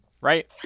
Right